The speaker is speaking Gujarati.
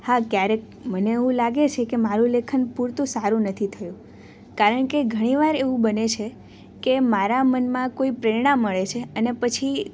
હા ક્યારેક મને એવું લાગે છે કે મારું લેખન પૂરતું સારું નથી થયું કારણ કે ઘણી વાર એવું બને છે કે મારા મનમાં કોઈ પ્રેરણા મળે છે અને પછી